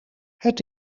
het